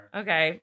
okay